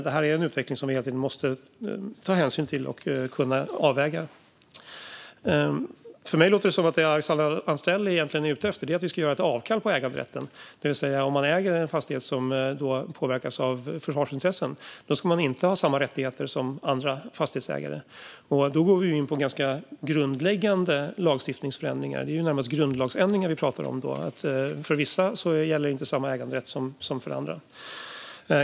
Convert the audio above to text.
Det här är en utveckling som vi hela tiden måste ta hänsyn till och kunna avväga. För mig låter det som att det Alexandra Anstrell egentligen är ute efter är att vi ska göra avkall på äganderätten, det vill säga att om man äger en fastighet som påverkas av försvarsintressen ska man inte ha samma rättigheter som andra fastighetsägare. Då går vi ju in på ganska grundläggande lagstiftningsförändringar; det är närmast grundlagsändringar vi pratar om då det för vissa inte gäller samma äganderätt som för andra.